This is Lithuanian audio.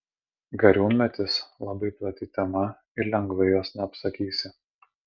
gariūnmetis labai plati tema ir lengvai jos neapsakysi